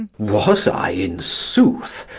was i, in sooth?